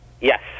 Yes